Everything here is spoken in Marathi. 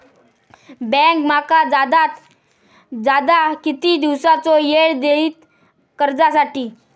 बँक माका जादात जादा किती दिवसाचो येळ देयीत कर्जासाठी?